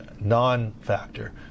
non-factor